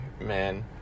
man